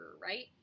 right